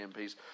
MPs